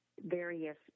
various